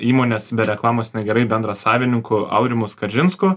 įmonės be reklamos negerai bendrasavininku aurimu skaržinsku